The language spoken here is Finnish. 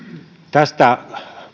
tästä